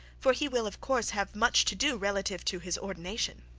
for he will of course have much to do relative to his ordination.